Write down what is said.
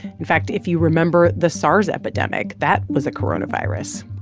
in fact, if you remember the sars epidemic, that was a coronavirus.